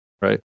right